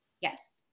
Yes